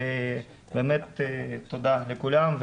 באמת תודה לכולם.